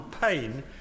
pain